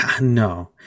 no